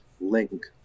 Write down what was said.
link